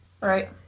Right